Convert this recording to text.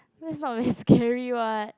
that's not very scary [what]